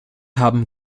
haben